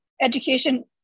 education